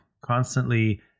constantly